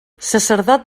sacerdot